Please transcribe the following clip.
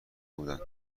بودند